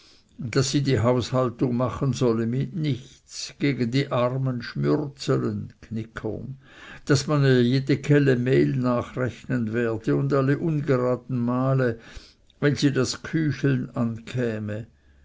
daß sie die haushaltung machen solle mit nichts gegen die armen schmürzelen daß man ihr jede kelle mehl nachrechnen werde und alle ungeraden male wenn sie das kücheln ankäme